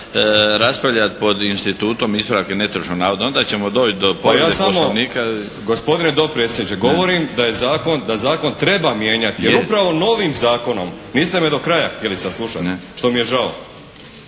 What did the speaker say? raspravljati pod institutom ispravak netočno navoda, onda ćemo doći do povrede Poslovnika. **Markovinović, Krunoslav (HDZ)** Pa ja samo gospodine dopredsjedniče govorim da zakon treba mijenjati, jer upravo novim zakonom, niste me do kraja htjeli saslušati što mi je žao,